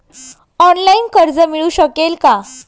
Online कर्ज मिळू शकेल का?